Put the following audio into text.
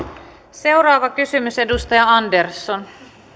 seuraava kysymys edustaja andersson